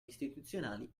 istituzionali